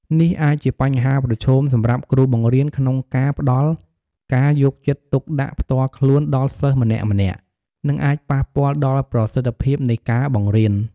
នេះអាចជាបញ្ហាប្រឈមសម្រាប់គ្រូបង្រៀនក្នុងការផ្តល់ការយកចិត្តទុកដាក់ផ្ទាល់ខ្លួនដល់សិស្សម្នាក់ៗ និងអាចប៉ះពាល់ដល់ប្រសិទ្ធភាពនៃការបង្រៀន។